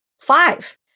five